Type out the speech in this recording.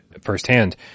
firsthand